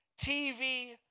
TV